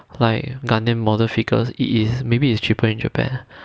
like gundam model figures it is maybe it's cheaper in japan